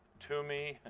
to me,